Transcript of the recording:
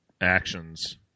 actions